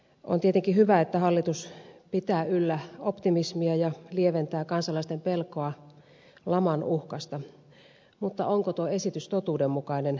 on tietenkin hyvä että hallitus pitää yllä optimismia ja lieventää kansalaisten pelkoa laman uhkasta mutta onko tuo esitys totuudenmukainen